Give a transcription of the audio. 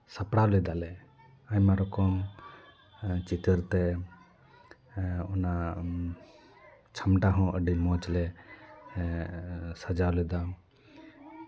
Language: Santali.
ᱥᱟᱯᱲᱟᱣ ᱞᱮᱫᱟᱞᱮ ᱟᱭᱢᱟ ᱨᱚᱠᱚᱢ ᱪᱤᱛᱟᱹᱨ ᱛᱮ ᱚᱱᱟ ᱪᱷᱟᱢᱰᱟ ᱦᱚᱸ ᱟᱹᱰᱤ ᱢᱚᱡᱽ ᱞᱮ ᱮᱸᱜ ᱥᱟᱡᱟᱣ ᱞᱮᱫᱟ